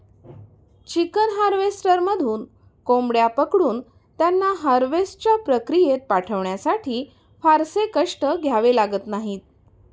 chicken हार्वेस्टरमधून कोंबड्या पकडून त्यांना हार्वेस्टच्या प्रक्रियेत पाठवण्यासाठी फारसे कष्ट घ्यावे लागत नाहीत